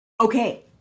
Okay